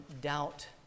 doubt